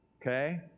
Okay